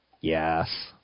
Yes